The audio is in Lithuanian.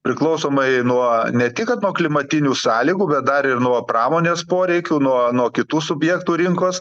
priklausomai nuo ne tik kad nuo klimatinių sąlygų bet dar ir nuo pramonės poreikių nuo nuo kitų subjektų rinkos